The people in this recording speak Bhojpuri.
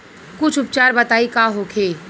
कुछ उपचार बताई का होखे?